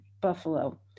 Buffalo